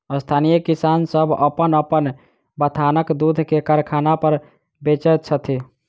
स्थानीय किसान सभ अपन अपन बथानक दूध के कारखाना पर बेचैत छथि